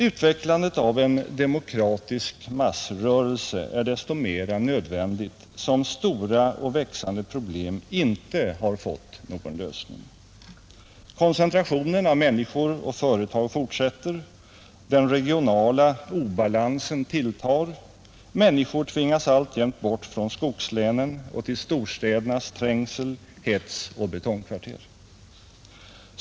Utvecklandet av en demokratisk massrörelse är desto mera nödvändigt som stora och växande problem inte fått någon lösning. Koncentrationen av människor och företag fortsätter. Den regionala obalansen tilltar. Människor tvingas alltjämt bort från skogslänen och till storstädernas trängsel, hets och betongkvarter.